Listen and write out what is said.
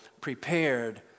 prepared